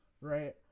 Right